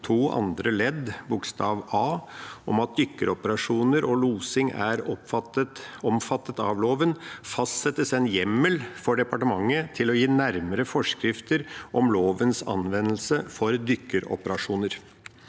bokstav a, om at dykkeoperasjoner og losing er omfattet av loven, fastsettes en hjemmel for departementet til å gi nærmere forskrifter om lovens anvendelse for dykkeoperasjoner.